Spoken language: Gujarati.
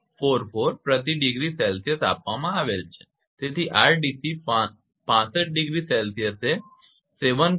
0044 પ્રતિ ડિગ્રી સેલ્સિયસ આપવામાં આવેલ છે તેથી 𝑅𝑑𝑐 65 ડિગ્રી સેલ્સિયસ એ 7